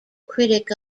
critic